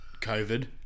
COVID